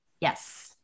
Yes